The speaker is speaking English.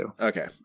Okay